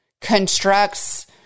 constructs